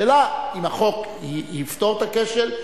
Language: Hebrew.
השאלה אם החוק יפתור את הכשל,